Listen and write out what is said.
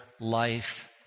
life